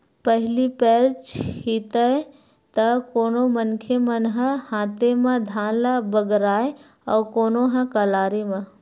पहिली पैर छितय त कोनो मनखे मन ह हाते म धान ल बगराय अउ कोनो ह कलारी म